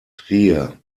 trier